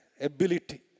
Ability